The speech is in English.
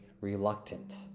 reluctant